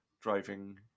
driving